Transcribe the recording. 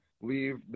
leave